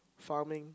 farming